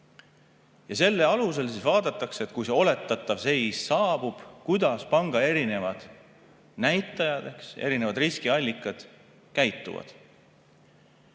Selle alusel siis vaadatakse, et kui see oletatav seis saabub, kuidas panga erinevad näitajad, erinevad riskiallikad käituvad.